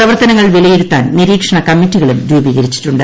പ്രവർത്തനങ്ങൾ വിലയിരുത്താൻ നിരീക്ഷണ കമ്മിറ്റികളും രൂപീകരിച്ചിട്ടുണ്ട്